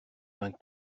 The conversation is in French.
vingt